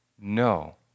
no